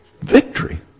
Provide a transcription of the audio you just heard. Victory